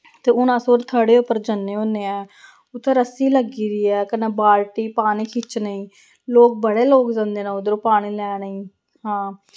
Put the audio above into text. ते हून अस ओह् थड़े उप्पर जन्ने होन्ने ऐ उत्थै रस्सी लग्गी दी ऐ कन्नै बालटी पानी खिच्चने लोक बड़े लोक जंदे न उद्धर पानी लैने गी हां